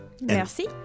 Merci